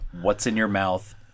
what's-in-your-mouth